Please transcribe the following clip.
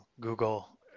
Google